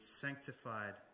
sanctified